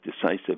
decisive